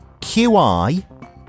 QI